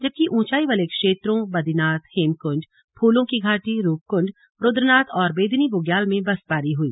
जबकि ऊंचाई वाले क्षेत्रों बदरीनाथ हेमकुंड फूलों की घाटी रूपकुंड रुद्रनाथ और बेदिनी बुग्याल में बर्फबारी हुई